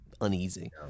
uneasy